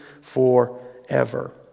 forever